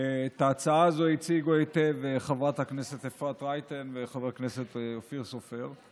את ההצעה הזאת הציגו היטב חברת הכנסת אפרת רייטן וחבר הכנסת אופיר סופר.